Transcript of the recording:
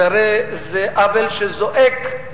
הרי זה עוול שזועק,